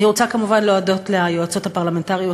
אני רוצה כמובן להודות ליועצות הפרלמנטריות